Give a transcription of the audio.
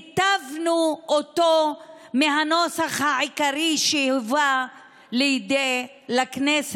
היטבנו אותו מהנוסח המקורי שהובא לכנסת.